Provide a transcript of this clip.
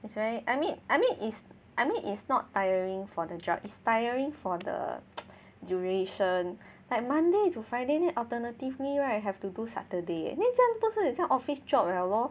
it's very I mean I mean is I mean is not tiring for the job is tiring for the duration like Monday to Friday then alternatively right have to do Saturday leh then 这样不是很像 office job liao lor